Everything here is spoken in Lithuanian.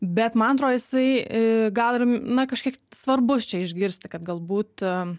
bet man atrodo jisai a gal ir na kažkiek svarbus čia išgirsti kad galbūt